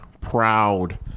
proud